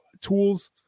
tools